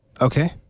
Okay